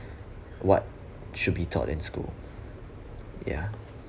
what should be taught in school ya